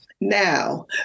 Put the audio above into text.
now